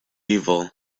evil